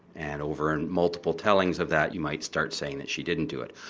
and over and multiple tellings of that you might start saying that she didn't do it.